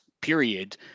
period